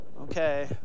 Okay